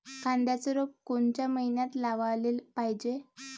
कांद्याचं रोप कोनच्या मइन्यात लावाले पायजे?